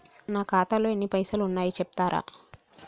నా ఖాతాలో ఎన్ని పైసలు ఉన్నాయి చెప్తరా?